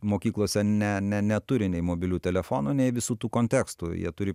mokyklose ne ne neturi nei mobiliųjų telefonų nei visų tų kontekstų jie turi